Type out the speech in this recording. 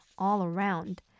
all-around